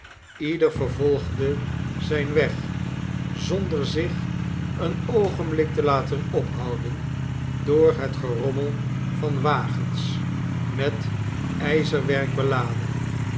ieder vervolgde zijn weg zonder zich een oogenblik te laten ophouden door het gerommel van wagens met ijzerwerk beladen